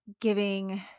giving